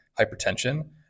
hypertension